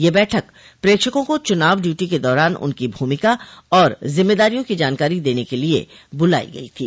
यह बैठक प्रेक्षकों को चुनाव ड्यूटी के दौरान उनकी भूमिका और जिम्मेदारियों की जानकारी देने के लिए बुलायी गई थी